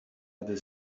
other